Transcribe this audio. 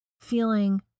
feeling